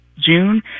June